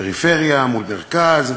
פריפריה מול מרכז,